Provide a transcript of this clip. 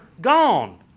gone